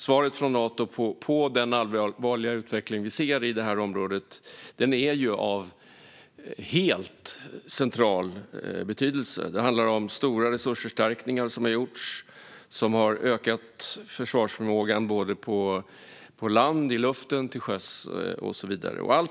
Svaret från Nato på den allvarliga utveckling vi ser i detta område är av central betydelse. Det handlar om stora resursförstärkningar som har ökat försvarsförmågan på land, i luften och till sjöss.